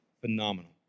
phenomenal